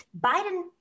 Biden